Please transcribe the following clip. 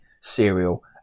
cereal